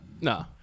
no